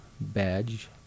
badge